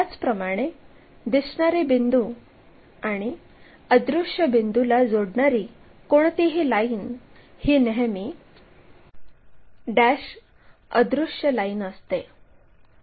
त्याचप्रमाणे दिसणारे बिंदू आणि अदृश्य बिंदूला जोडणारी कोणतीही लाईन ही नेहमी डॅश अदृश्य लाईन असते